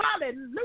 Hallelujah